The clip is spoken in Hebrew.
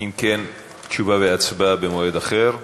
אם כן, תשובה והצבעה במועד אחר.